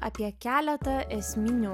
apie keletą esminių